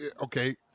okay